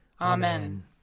Amen